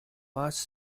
mass